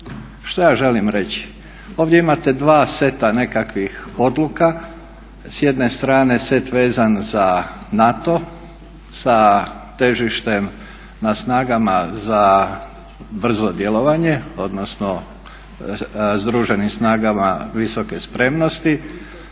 Što ja želim reći? Ovdje imate dva seta nekakvih odluka. S jedne strane set vezan za NATO sa težištem na snagama za brzo djelovanje, odnosno Združenim snagama visoke spremnosti,